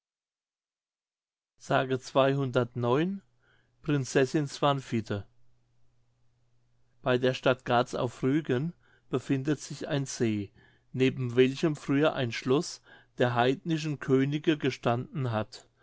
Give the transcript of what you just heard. prinzessin swanvithe bei der stadt garz auf rügen befindet sich ein see neben welchem früher ein schloß der heidnischen könige gestanden hat